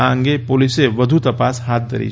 આ અંગે પોલીસે વધુ તપાસ હાથ ધરી છે